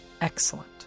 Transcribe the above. Excellent